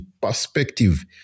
perspective